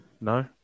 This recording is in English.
No